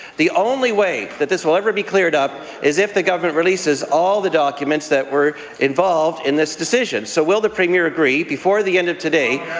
the only way this will ever be cleared up is if the government releases all the documents that were involved in this decision. so will the premier agree, before the end of today,